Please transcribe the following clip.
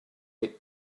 eight